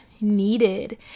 needed